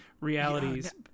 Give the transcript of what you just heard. realities